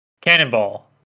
Cannonball